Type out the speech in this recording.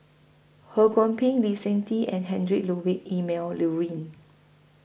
Ho Kwon Ping Lee Seng Tee and Heinrich Ludwig Emil Luering